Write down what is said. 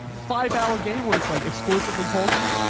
five hour game where it's like exclusively talking.